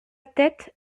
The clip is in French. tête